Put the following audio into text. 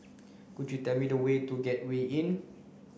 could you tell me the way to Gateway Inn